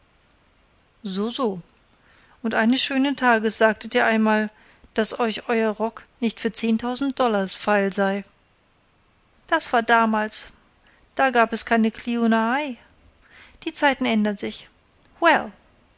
so so und eines schönen tages sagtet ihr einmal daß euch euer rock nicht für zehntausend dollars feil sei das war damals da gab es keine kliuna ai die zeiten ändern sich